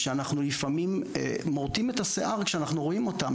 שאנחנו לפעמים מורטים את השיער כשאנחנו רואים אותם.